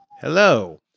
hello